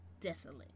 desolate